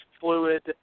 fluid